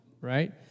right